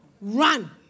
Run